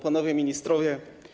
Panowie Ministrowie!